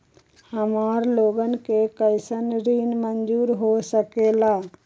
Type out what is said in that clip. हमार लोगन के कइसन ऋण मंजूर हो सकेला?